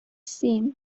син